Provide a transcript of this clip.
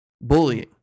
Bullying